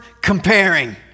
comparing